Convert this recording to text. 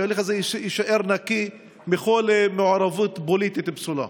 שההליך הזה יישאר נקי מכל מעורבות פוליטית פסולה.